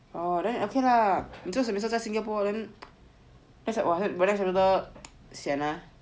oh then okay lah 你个这 semester 在新加坡 then sian ah